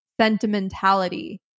sentimentality